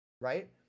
Right